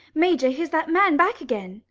major! here's that man back again.